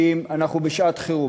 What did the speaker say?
כי אנחנו בשעת-חירום.